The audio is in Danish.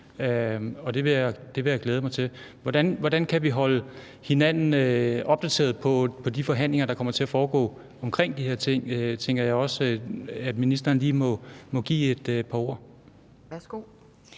det vil jeg glæde mig til. Hvordan kan vi holde hinanden opdateret på de forhandlinger, der kommer til at foregå, omkring de her ting? Det tænker jeg også at ministeren lige må komme med et par ord om.